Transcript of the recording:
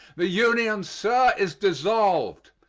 the union, sir, is dissolved.